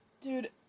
Dude